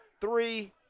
three